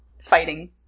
fighting